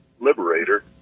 Liberator